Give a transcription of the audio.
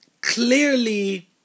clearly